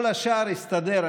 כל השאר יסתדר.